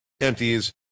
Empties